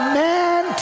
man